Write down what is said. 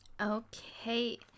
Okay